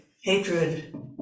hatred